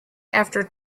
after